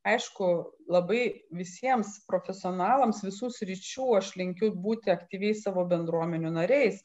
aišku labai visiems profesionalams visų sričių aš linkiu būti aktyviais savo bendruomenių nariais